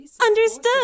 Understood